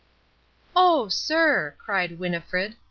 oh, sir, cried winnifred,